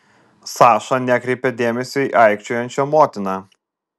saša nekreipė dėmesio į aikčiojančią motiną